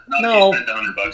No